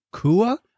Kua